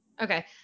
Okay